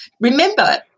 Remember